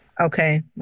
Okay